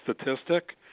statistic